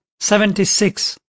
Seventy-six